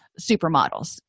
Supermodels